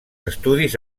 estudis